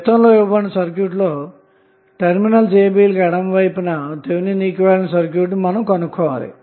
చిత్రంలో ఇవ్వబడిన సర్క్యూట్ లో టెర్మినల్స్ a b కి ఎడమ ప్రక్క థేవినిన్ ఈక్వివలెంట్ సర్క్యూట్ ను మనం కనుగొనాలి